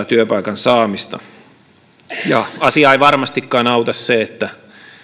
työpaikan saamista asiaa ei varmastikaan auta se että